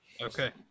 Okay